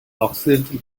occidental